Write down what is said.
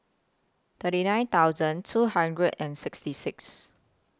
thirty nine thousand two hundred and sixty six